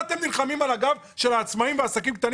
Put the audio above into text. למה אתם נלחמים על הגב של העצמאים והעסקים הקטנים